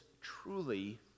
truly